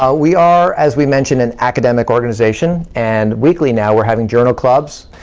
ah we are, as we mentioned, an academic organization, and weekly now, we're having journal clubs.